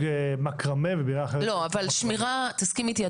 מקרמה ובעירייה אחרת --- תסכים איתי,